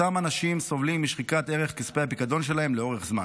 אותם אנשים סובלים משחיקת ערך כספי הפיקדון שלהם לאורך זמן.